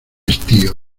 estío